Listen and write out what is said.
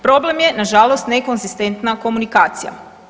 Problem je nažalost nekonzistentna komunikacija.